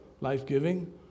life-giving